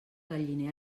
galliner